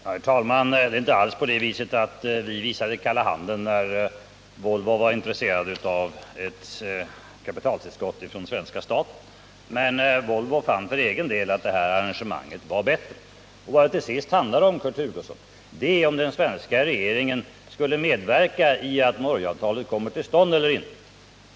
Herr talman! Det är inte alls så att vi visade kalla handen när Volvo var intresserat av ett kapitaltillskott från den svenska staten. Men Volvo fann för egen del att det nu aktuella arrangemanget var bättre. Vad det till sist handlar om, Kurt Hugosson, är om den svenska regeringen skulle medverka till att Norgeavtalet kom till stånd eller inte.